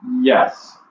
Yes